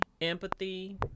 Empathy